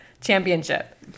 championship